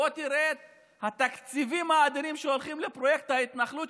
בוא תראה את התקציבים האדירים שהולכים לפרויקט ההתנחלות,